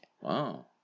Wow